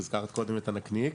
הזכרת קודם את הנקניק,